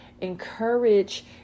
encourage